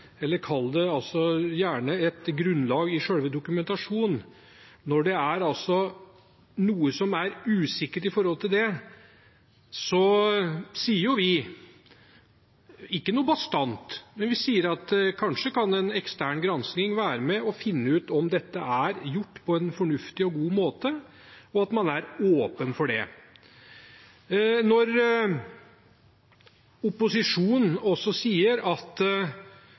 eller kall det gjerne et grunnlag i selve dokumentasjonen – er ikke noe bastant, men vi sier at en ekstern granskning kanskje kan være med på å finne ut om dette er gjort på en fornuftig og god måte, og at man er åpen for det. Når opposisjonen også sier at